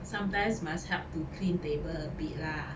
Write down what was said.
sometimes must help to clean table a bit lah